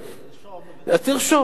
תרשום.